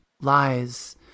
lies